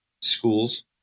schools